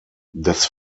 das